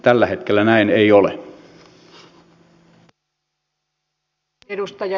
tällä hetkellä näin ei ole